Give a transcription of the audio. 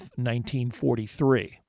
1943